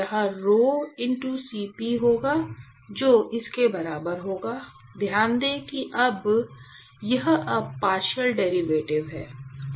वहाँ rhoCp होगा जो इसके बराबर होगा ध्यान दें कि यह अब पार्शियल डेरिवेटिव है